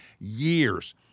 years